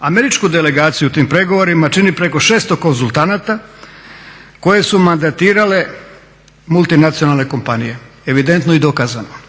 Američku delegaciju u tim pregovorima čini preko 600 konzultanata koje su mandatirale multinacionalne kompanije, evidentno i dokazano.